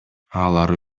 алар